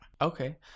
Okay